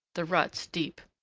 the ruts deep.